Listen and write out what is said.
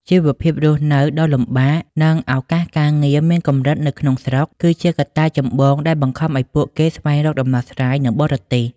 ជីវភាពរស់នៅដ៏លំបាក និងឱកាសការងារមានកម្រិតនៅក្នុងស្រុក គឺជាកត្តាចម្បងដែលបង្ខំឱ្យពួកគេស្វែងរកដំណោះស្រាយនៅបរទេស។